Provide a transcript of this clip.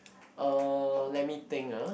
uh let me think ah